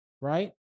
right